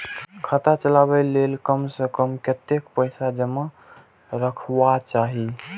खाता चलावै कै लैल कम से कम कतेक पैसा जमा रखवा चाहि